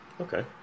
okay